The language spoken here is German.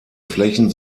flächen